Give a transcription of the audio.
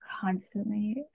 constantly